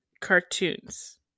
cartoons